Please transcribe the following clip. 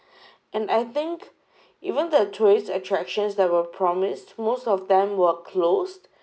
and I think even the tourist attractions that were promised most of them were closed